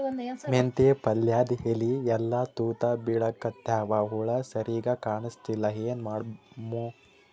ಮೆಂತೆ ಪಲ್ಯಾದ ಎಲಿ ಎಲ್ಲಾ ತೂತ ಬಿಳಿಕತ್ತಾವ, ಹುಳ ಸರಿಗ ಕಾಣಸ್ತಿಲ್ಲ, ಏನ ಮಾಡಮು?